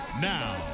Now